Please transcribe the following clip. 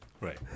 Right